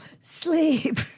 sleep